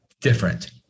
different